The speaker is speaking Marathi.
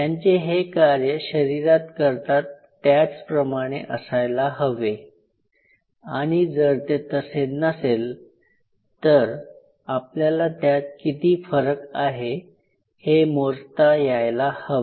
त्यांचे हे कार्य शरीरात करतात त्याच प्रमाणे असायला हवे आणि जर ते तसे नसेल तर आपल्याला त्यात किती फरक आहे हे मोजता यायला हवे